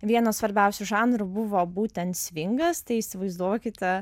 vienas svarbiausių žanrų buvo būtent svingas tai įsivaizduokite